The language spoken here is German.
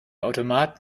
automat